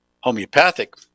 homeopathic